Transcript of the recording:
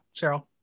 Cheryl